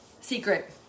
secret